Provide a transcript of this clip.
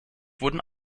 wurden